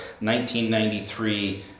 1993